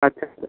अच्छा सर